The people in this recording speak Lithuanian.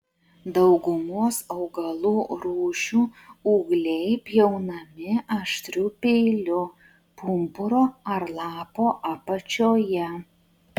daugumos augalų rūšių ūgliai pjaunami aštriu peiliu pumpuro ar lapo apačioje